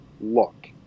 look